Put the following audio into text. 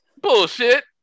Bullshit